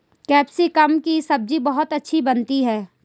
capsicum की सब्जी बहुत अच्छी बनती है